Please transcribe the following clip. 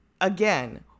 again